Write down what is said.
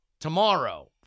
tomorrow